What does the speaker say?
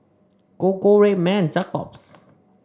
Gogo Red Man and Jacob's